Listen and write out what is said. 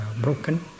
broken